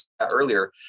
earlier